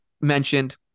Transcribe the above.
mentioned